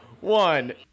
one